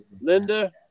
Linda